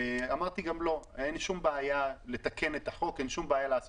אמרתי גם לו שאין שום בעיה לתקן את החוק ולעשות